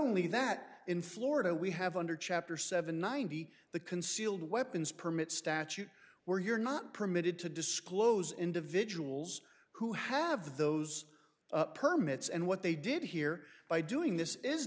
only that in florida we have under chapter seven ninety the concealed weapons permit statute where you're not permitted to disclose individuals who have those permits and what they did here by doing this is